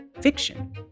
fiction